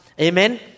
Amen